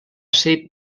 ser